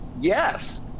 yes